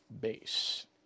base